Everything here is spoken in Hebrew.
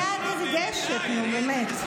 בפנייה נרגשת, נו, באמת.